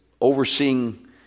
overseeing